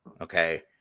Okay